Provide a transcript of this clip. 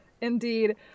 indeed